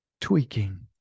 tweaking